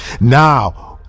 Now